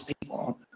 people